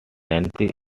nancy